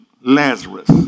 Lazarus